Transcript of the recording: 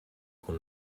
con